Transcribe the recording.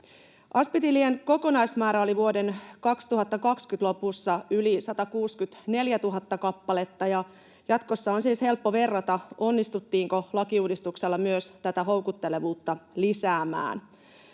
Asp-tilien kokonaismäärä oli vuoden 2020 lopussa yli 164 000 kappaletta, ja jatkossa on siis helppo verrata, onnistuttiinko lakiuudistuksella myös tätä houkuttelevuutta lisäämään.